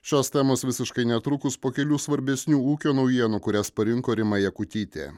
šios temos visiškai netrukus po kelių svarbesnių ūkio naujienų kurias parinko rima jakutytė